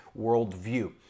Worldview